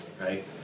right